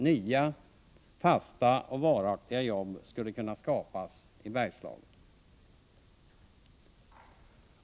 Nya fasta och varaktiga jobb skulle kunna skapas i Bergslagen.